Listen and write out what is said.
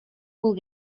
will